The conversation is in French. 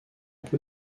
peu